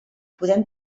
podem